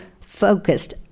focused